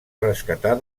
rescatar